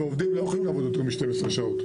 והעובדים לא יכולים לעבוד יותר מ-12 שעות.